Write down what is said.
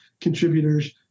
contributors